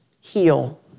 heal